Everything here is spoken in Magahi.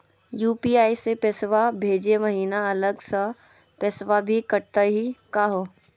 यू.पी.आई स पैसवा भेजै महिना अलग स पैसवा भी कटतही का हो?